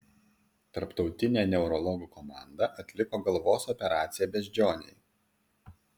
tarptautinė neurologų komanda atliko galvos operaciją beždžionei